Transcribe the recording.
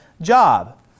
job